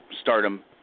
stardom